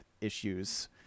Issues